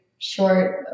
Short